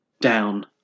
down